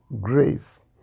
Grace